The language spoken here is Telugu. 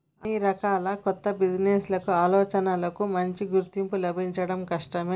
అన్ని రకాల కొత్త బిజినెస్ ఆలోచనలకూ మంచి గుర్తింపు లభించడం కష్టమే